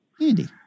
Andy